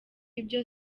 ibyo